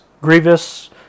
Grievous